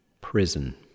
prison